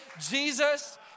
Jesus